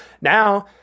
now